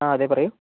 ആ അതെ പറയൂ